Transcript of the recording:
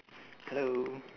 hello